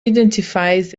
identifies